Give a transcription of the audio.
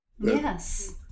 Yes